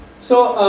so,